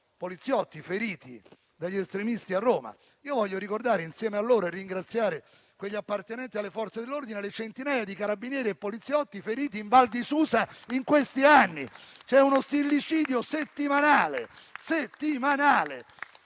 poliziotti feriti dagli estremisti a Roma. Io voglio ricordare insieme a loro - e ringraziare quegli appartenenti alle Forze dell'ordine - le centinaia di carabinieri e poliziotti feriti in Val di Susa in questi anni. C'è uno stillicidio settimanale, di fronte